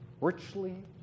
Richly